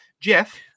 Jeff